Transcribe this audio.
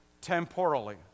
temporally